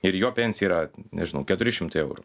ir jo pensija yra nežinau keturi šimtai eurų